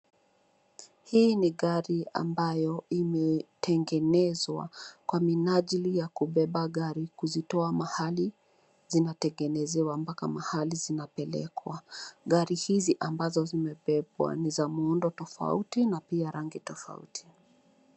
Hii ni gari ambayo imetengenezwa kwa minajili ya kubeba gari kuzitoa mahali zinatengenezewa mbaka mahali zinapelekwa, gari hizi ambazo zimebebwa ni za muundo tofauti na pia rangi tofauti.